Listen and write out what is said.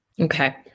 Okay